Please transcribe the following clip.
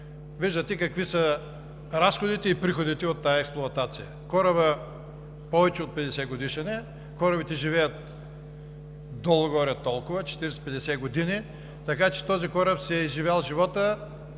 виждате какви са разходите и приходите от тази експлоатация. Корабът е повече от 50-годишен, корабите живеят долу-горе толкова – 45 – 50 години, така че този кораб си е изживял живота